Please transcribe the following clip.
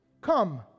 Come